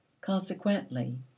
Consequently